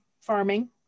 farming